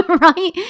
right